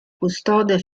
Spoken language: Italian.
custode